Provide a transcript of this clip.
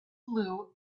blue